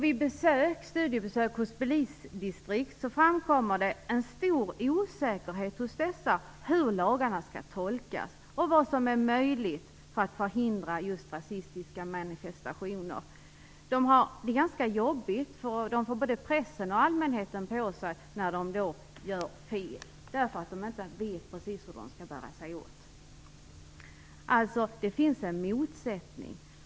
Vid studiebesök vid polisdistrikt har det framkommit att det finns en stor osäkerhet om hur lagarna skall tolkas och vad som är möjligt att göra för att förhindra rasistiska manifestationer. De har det ganska jobbigt, eftersom de får både pressen och allmänheten på sig när de gör fel därför att de inte vet exakt hur de skall bära sig åt. Det finns alltså en motsättning.